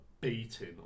beating